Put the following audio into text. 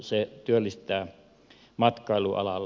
se työllistää matkailualalla